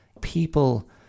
people